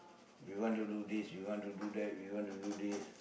we want to do this we want to do that we want to do this